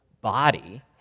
body